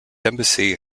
embassy